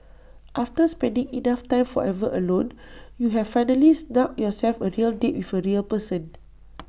after spending enough time forever alone you have finally snugged yourself A real date with A real person